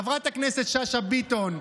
חברת הכנסת שאשא ביטון,